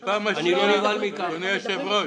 אני לא --- אדוני היושב-ראש